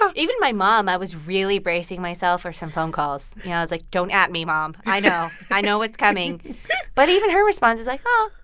even my mom, i was really bracing myself for some phone calls. you know, i was like, don't at me, mom. i know. i know what's coming but even her response was like, oh,